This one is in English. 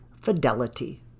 fidelity